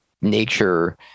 nature